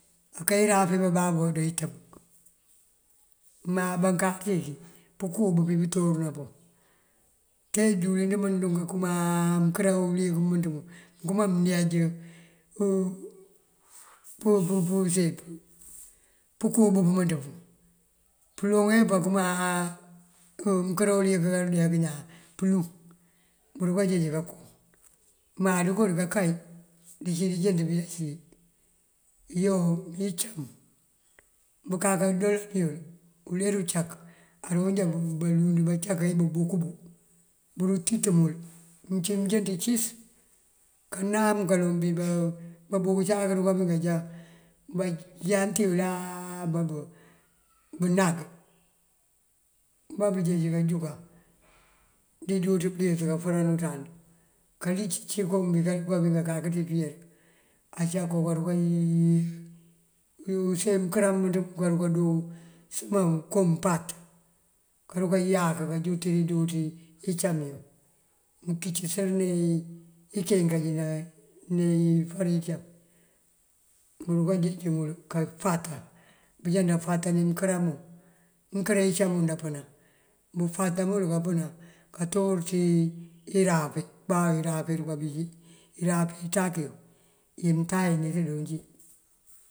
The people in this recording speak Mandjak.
Aká irafe bababú ado itëb má bankáaţ bëki pënkub bundu torënam pun. Te díwëlin ndëmënţ dun kankëmaa mëneej use pënkub pënt pun. Pëloŋ ajá pankëma mënkëro uliyëk kadude ak kënan pëlun bukajeej kankoŋ má dooka dí kay dí dënjënţ bída cíbí iyoo. Mi icam bënká ndoolani yul, uler uncak aroonjá balund bancak ebukëbu buru tintëmël mënjënţ cës. Kanam kaloŋ bí babuk ucáak ruka bink ajá banjant iyëlaa bënang ambá bënjeej kanjúkan dí dúuţ bëliyët kafëran unţand. Kalic cí kom binkarunka bink akáki ţí pëyër acá kooka runka use mënkër mënţa mun karundoo sëma kom mpat. Karunkayak kanjënt dí dúuţ icam iyun mënkicësëri inkeenkaj ná ifar icam bunka runkajeej iyël kafatan. Bunjá ndafatani mënkër mun mënkër icam mun ndapënan bufata mël kampënan kator ţí irafe báo irafe runkabí ci irafa inţak iyun imëţa yi neţa doon cí.